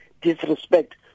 disrespect